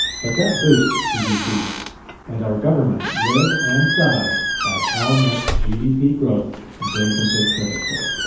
but that boosts gdp and our governments live and die by how much gdp growth they can take credit for.